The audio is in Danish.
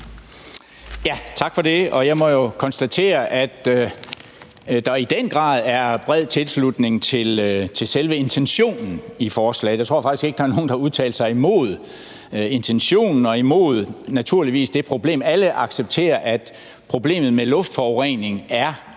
Tak for det. Og jeg må jo konstatere, at der i den grad er bred tilslutning til selve intentionen i forslaget. Jeg tror faktisk ikke, der er nogen, der har udtalt sig imod intentionen og naturligvis heller ikke imod, at der er det problem. Alle accepterer, at problemet med luftforurening er klart